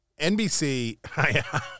NBC